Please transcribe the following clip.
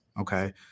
Okay